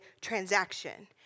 transaction